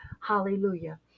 hallelujah